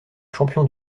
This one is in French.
champion